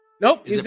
Nope